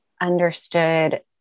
understood